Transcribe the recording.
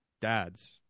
dads